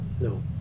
no